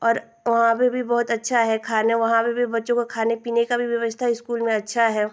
और वहाँ पर भी बहुत अच्छा खाने वहाँ पर भी बच्चों के खाने पीने की भी व्यवस्था स्कूल में अच्छी है